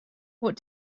what